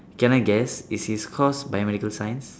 can I guess is his course biomedical science